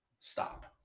Stop